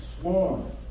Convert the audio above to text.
sworn